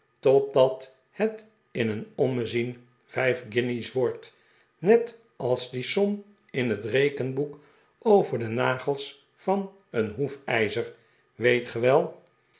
totdat het in een ommezien vijf guinjes wordt net als die som in het rekenboek over de nagels van een hoefijzer weet